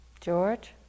George